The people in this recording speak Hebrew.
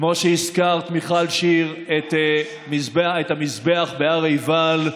כמו שהזכרת, מיכל שיר, את המזבח בהר עיבל,